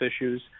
issues